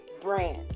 brand